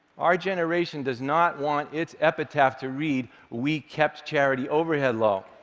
our generation does not want its epitaph to read, we kept charity overhead low.